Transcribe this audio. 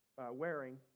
wearing